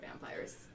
vampires